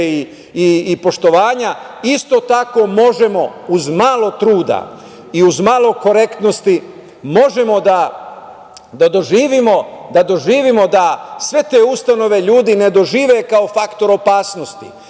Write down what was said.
i poštovanja, isto tako možemo uz malo truda i uz malo korektnosti da doživimo da sve te ustanove ljudi ne dožive kao faktor opasnosti,